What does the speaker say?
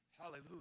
Hallelujah